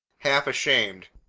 half ashamed,